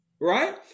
right